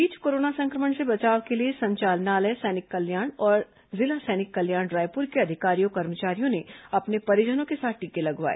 इस बीच कोरोना संक्रमण से बचाव के लिए संचालनालय सैनिक कल्याण और जिला सैनिक कल्याण रायपुर के अधिकारियों कर्मचारियों ने अपने परिजनों के साथ टीके लगवाए